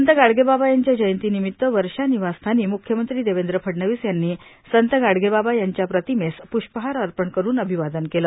संत गाडगे बाबा यांच्या जयंतीनिमित्त वर्षा निवासस्थानी मुख्यमंत्री देवेंद्र फडणवीस यांनी संत गाडगे बाबा यांच्या प्रतिमेस प्ष्पहार अर्पण करून अभिवादन केले